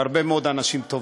והרבה מאוד אנשים טובים.